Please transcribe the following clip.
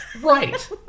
Right